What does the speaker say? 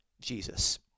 Jesus